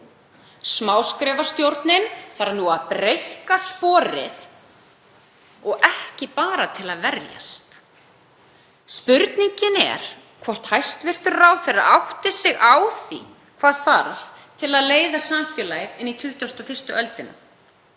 Smáskrefastjórnin þarf nú að greikka sporið og ekki bara til að verjast. Spurningin er hvort hæstv. ráðherra átti sig á því hvað þarf til að leiða samfélagið inn í 21. öldina.